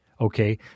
Okay